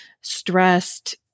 stressed